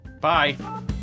Bye